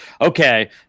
Okay